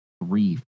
three